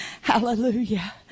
Hallelujah